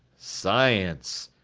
science.